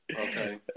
okay